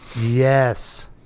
Yes